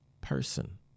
person